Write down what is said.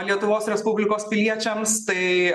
lietuvos respublikos piliečiams tai